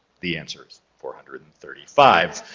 the answers four hundred and thirty five.